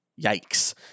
Yikes